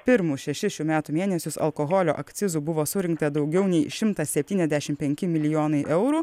pirmus šešis šių metų mėnesius alkoholio akcizų buvo surinkta daugiau nei šimtas septyniasdešim penki milijonai eurų